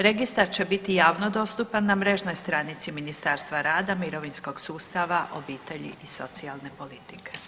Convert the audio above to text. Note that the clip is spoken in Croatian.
Registar će biti javno dostupan na mrežnoj stranici Ministarstva rada, mirovinskog sustava, obitelji i socijalne politike.